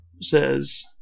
says